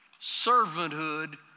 servanthood